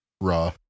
RAW